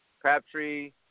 Crabtree